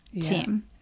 team